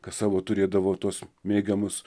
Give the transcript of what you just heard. kas savo turėdavo tuos mėgiamus